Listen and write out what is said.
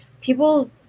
people